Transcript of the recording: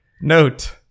Note